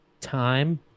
Time